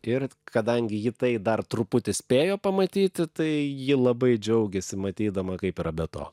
ir kadangi ji tai dar truputį spėjo pamatyti tai ji labai džiaugiasi matydama kaip yra be to